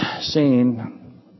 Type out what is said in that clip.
seen